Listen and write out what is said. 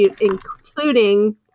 including